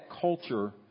culture